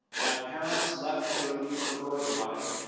my parents left germany for uruguay,